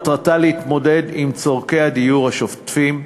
מטרתה להתמודד עם צורכי הדיור השוטפים.